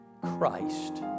Christ